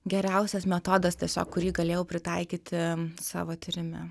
geriausias metodas tiesiog kurį galėjau pritaikyti savo tyrime